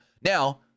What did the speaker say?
Now